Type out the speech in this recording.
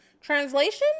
translation